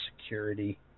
security